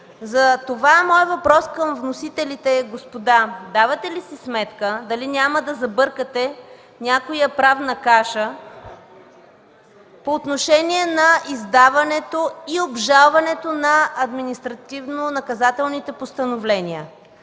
Затова моят въпрос към вносителите е: господа, давате ли си сметка дали няма да забъркате някоя правна каша по отношение на издаването и обжалването на административнонаказателните постановления?